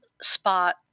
spot